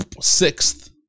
sixth